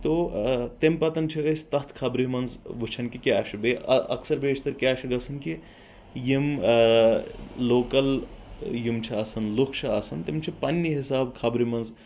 تو تیٚمہِ پتہٕ چھِ أسۍ تتھ خبرِ منٛز وٕچھان کہِ کیٛاہ چھ بیٚیہِ اکثر بیشتَر کیٛاہ چھُ گژھان کہِ یِم لوکل یِم چھِ آسان لُکھ چھِ آسان تِم چھِ پننہِ حساب خبرِ منٛز